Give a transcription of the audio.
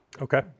Okay